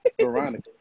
Veronica